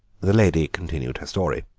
the lady continued her story.